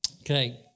Okay